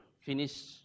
finish